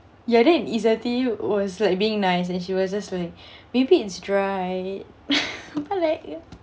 ya then izzati was like being nice and she was just like maybe it's dry but like ya